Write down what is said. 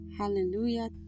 Hallelujah